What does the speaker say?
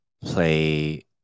play